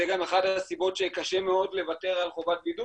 וזו גם אחת הסיבות שקשה מאוד לוותר על חובת בידוד